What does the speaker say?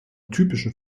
typische